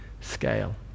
scale